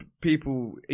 People